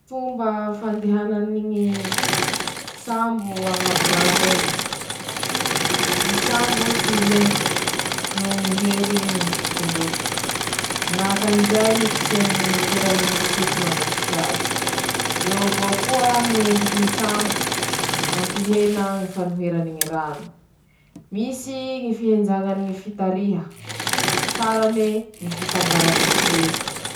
Ñy fomba fiasany ñy fañiliam-baravaña aminy ñy fiarova: Hiarova ñy fanaña-teña mba tsy hangalarin'olo, hañilia traño, hañilia varavañam-be, hañilia ñy varavaran-kely ;ñy fañilia traño natao hañilian-teña traño, mba tsy hisy ñy mpangalatsy, ñy mpanafiky hamaky ñy trañon-teña, fa iñy ro mba fiarova ataon-teña añaminy eñy.